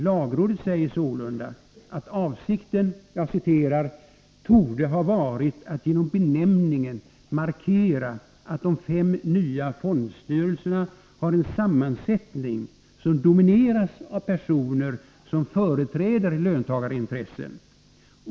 Lagrådet säger sålunda att avsikten ”torde —-—— ha varit att genom benämningen markera att de fem nya fondstyrelserna har en sammansättning som domineras av personer som företräder löntagarintressen.